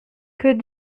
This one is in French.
que